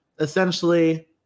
Essentially